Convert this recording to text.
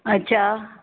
अच्छा